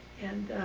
and